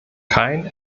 kein